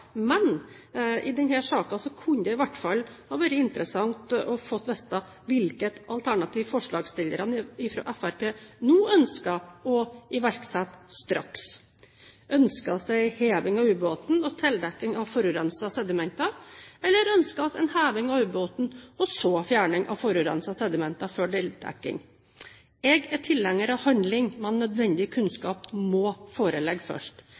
Men i denne saken kunne det i hvert fall ha vært interessant å få vite hvilket alternativ forslagsstillerne fra Fremskrittspartiet nå ønsker å iverksette straks. Ønskes en heving av ubåten og tildekking av forurensede sedimenter, eller ønskes en heving av ubåten og så fjerning av forurensede sedimenter før tildekking? Jeg er tilhenger av handling, men nødvendig kunnskap må foreligge først.